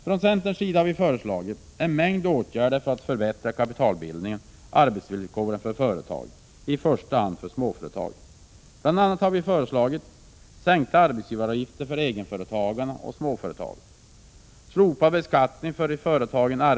Från centerns sida har vi föreslagit en mängd åtgärder för att förbättra kapitalbildningen och arbetsvilkoren för företagen, i första hand för småföretagen.